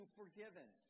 forgiven